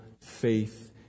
faith